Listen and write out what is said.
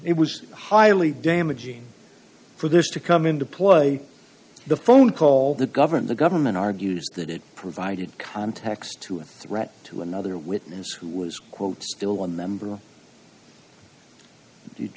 it was highly damaging for this to come into play the phone call that govern the government argues that it provided context to a threat to another witness who was quote still a member